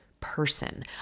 person